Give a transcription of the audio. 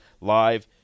live